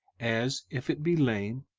as if it be lame,